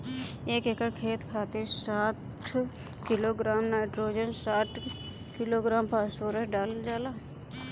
एक एकड़ खेत खातिर साठ किलोग्राम नाइट्रोजन साठ किलोग्राम फास्फोरस डालल जाला?